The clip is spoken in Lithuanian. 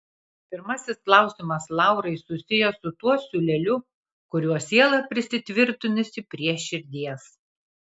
pirmasis klausimas laurai susijęs su tuo siūleliu kuriuo siela prisitvirtinusi prie širdies